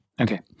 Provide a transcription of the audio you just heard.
Okay